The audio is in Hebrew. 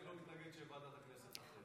אני לא מתנגד שוועדת הכנסת תחליט.